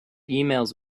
emails